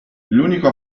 l’unico